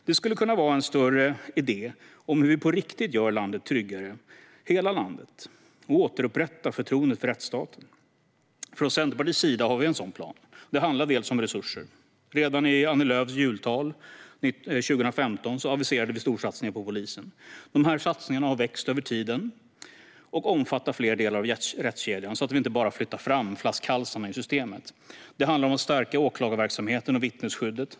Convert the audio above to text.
Det skulle kunna handla om en större idé om hur vi på riktigt gör hela landet tryggare och återupprättar förtroendet för rättsstaten. Från Centerpartiets sida har vi en sådan plan. Det handlar dels om resurser. Redan i Annie Lööfs jultal 2015 aviserade vi storsatsningar på polisen. Dessa satsningar har vuxit över tiden och omfattar fler delar av rättskedjan så att vi inte bara flyttar fram flaskhalsarna i systemet. Det handlar om att stärka åklagarverksamheten och vittnesskyddet.